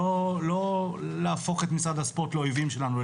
לא להפוך את משרד הספורט לאויבים שלנו,